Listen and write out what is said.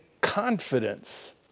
confidence